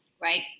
right